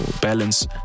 balance